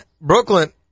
Brooklyn